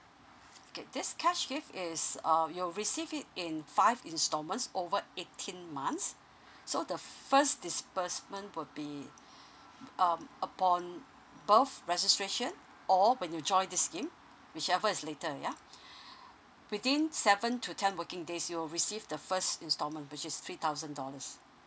okay this cash gift is uh you will receive it in five instalments over eighteen months so the first disbursement will be um upon birth registration or when you join this scheme whichever is later ya within seven to ten working days you'll receive the first instalment which is three thousand dollars